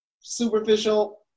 superficial